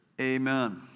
Amen